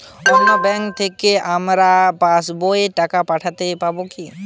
অন্য ব্যাঙ্ক থেকে আমার পাশবইয়ে টাকা পাঠানো যাবে কি?